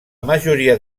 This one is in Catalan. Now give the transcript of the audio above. majoria